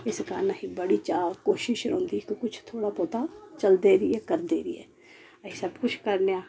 इस कारण बड़ी चाह् कोशिश रौहंदी कि कुछ थोह्ड़ा बोह्ता चलदे रेहिये करदे रेहिये सब कुछ करने आं